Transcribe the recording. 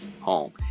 home